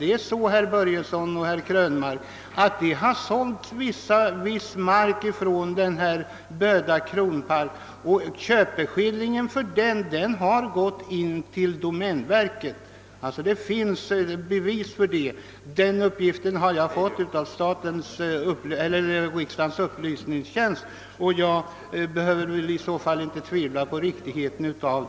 Det är så, herr Börjesson i Glömminge och herr Krönmark, att det har sålts viss mark från kronoparken Böda, och köpeskillingen för den marken har inlevererats till domänverket. Den uppgiften har jag fått från riksdagens upplysningstjänst och behöver väl inte tvivla på att den är riktig.